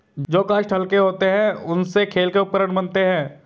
जो काष्ठ हल्के होते हैं, उनसे खेल के उपकरण बनते हैं